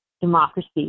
democracy